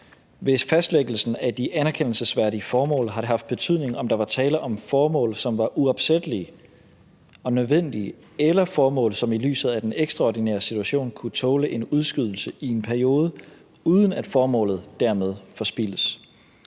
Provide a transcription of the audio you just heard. Ved fastlæggelsen af de anerkendelsesværdige formål har det haft betydning, om der var tale om formål, som var uopsættelige og nødvendige, eller formål, som i lyset af den ekstraordinære situation kunne tåle en udskydelse i en periode, uden at formålet dermed forspildes.